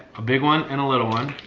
a big one and a little one.